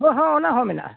ᱦᱳᱭ ᱦᱳᱭ ᱚᱱᱟ ᱦᱚᱸ ᱢᱮᱱᱟᱜᱼᱟ